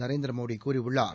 நரேந்திரமோடிகூறியுள்ளார்